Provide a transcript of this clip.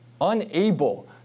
unable